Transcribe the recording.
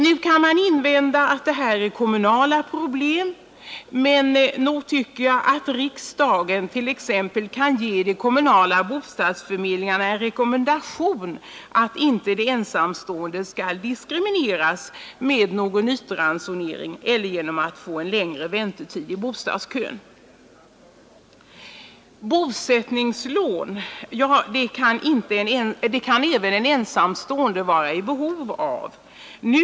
Nu kan man invända att det här är kommunala problem, men jag tycker att riksdagen t.ex. kan ge de kommunala bostadsförmedlingarna en rekommendation att de ensamstående inte skall diskrimineras genom ytransonering eller genom längre väntetid i bostadskön. Även en ensamstående kan vara i behov av bosättningslån.